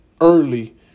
early